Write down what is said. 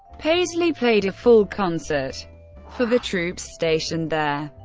paisley played a full concert for the troops stationed there.